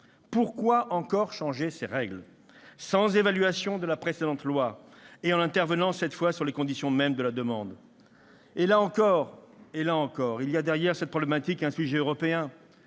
Pourquoi encore changer ces règles, sans évaluation de la précédente loi, et en intervenant cette fois sur les conditions même de la demande ? Et, là encore, il y a derrière cette problématique un sujet européen.